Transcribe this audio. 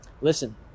listen